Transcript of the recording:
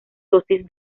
dosis